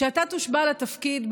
כשאתה תושבע לתפקיד,